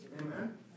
Amen